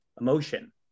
emotion